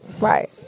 Right